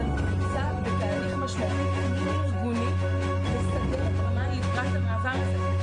אבל נמצא בתהליך משמעותי פנים ארגוני לסדר את אמ"ן לקראת המעבר הזה.